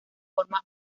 forma